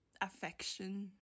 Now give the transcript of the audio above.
affection